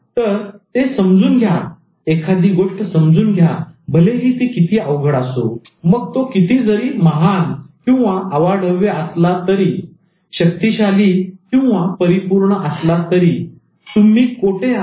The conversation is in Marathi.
तर ते समजून घ्या एखादी गोष्ट समजून घ्या भलेही ती कितीही अवघड असो मग तो किती जरी महानअवाढव्य असला तरी शक्तिशाली किंवा परिपूर्ण असला तरी तर तुम्ही कुठे आहात